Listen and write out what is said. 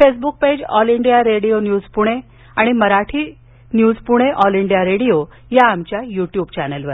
Facebook page all India radio news Pune आणि Marathi news Pune all India radio या आमच्या YouTube चॅनेलवर